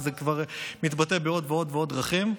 זה כבר מתבטא בעוד ובעוד ובעוד דרכים,